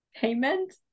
payment